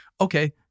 Okay